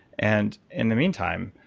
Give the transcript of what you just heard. and in the meantime,